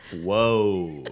Whoa